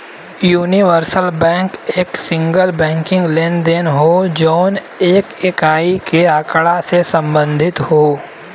universal bank एक single banking लेनदेन हौ जौन एक इकाई के आँकड़ा से संबंधित हौ